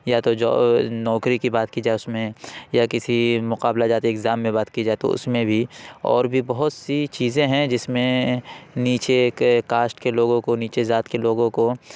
یا تو نوکری کی بات کی جائے اس میں یا کسی مقابلہ جاتی ایگزام میں بات کی جائے تو اس میں بھی اور بھی بہت سی چیزیں ہیں جس میں نیچے کے کاسٹ کے لوگوں کو نیچے ذات کے لوگوں کو